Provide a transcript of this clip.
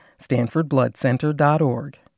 StanfordBloodCenter.org